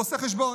והוא עושה חשבון: